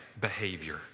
behavior